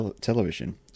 television